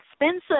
expensive